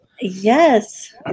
Yes